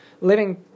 living